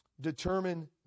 Determine